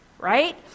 right